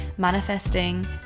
Manifesting